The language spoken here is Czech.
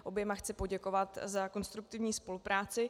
Oběma chci poděkovat za konstruktivní spolupráci.